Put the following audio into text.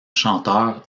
chanteur